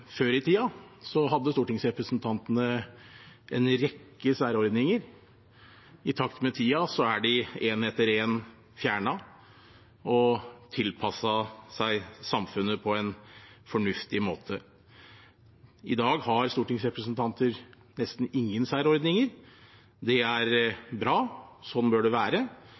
Før i tiden hadde stortingsrepresentantene en rekke særordninger. I takt med tiden er de en etter en fjernet og tilpasset samfunnet på en fornuftig måte. I dag har stortingsrepresentanter nesten ingen særordninger. Det er bra, sånn bør det være. Det er også i tråd med slik folket ønsker at det skal være.